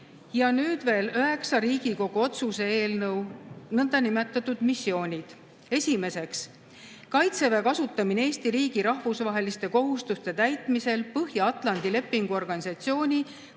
Ja nüüd veel üheksa Riigikogu otsuse eelnõu, nõndanimetatud missioonid. Esiteks, "Kaitseväe kasutamine Eesti riigi rahvusvaheliste kohustuste täitmisel Põhja-Atlandi Lepingu Organisatsiooni